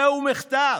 זהו מחטף.